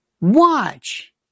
Watch